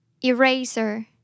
Eraser